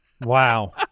Wow